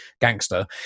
gangster